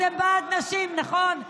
אתן בעד נשים, נכון?